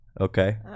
Okay